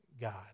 God